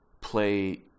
play